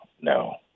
No